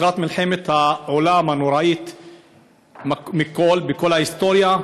לקראת מלחמת העולם הנוראית בכל ההיסטוריה,